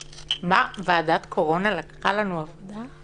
מה, ועדת הקורונה לקחה לנו עבודה?